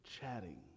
chatting